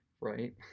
right